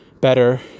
better